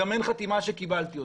גם אין חתימה שקיבלתי אותו.